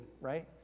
Right